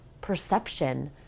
perception